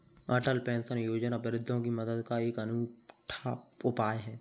अटल pension योजना वृद्धों की मदद का एक अनूठा उपाय है